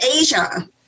Asia